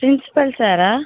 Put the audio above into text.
principal Sarah